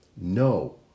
no